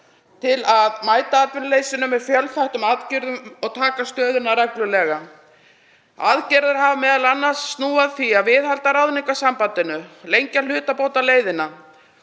til að mæta atvinnuleysinu með fjölþættum aðgerðum og taka stöðuna reglulega. Aðgerðir hafa m.a. snúið að því að viðhalda ráðningarsambandinu og lengja hlutabótaleiðina.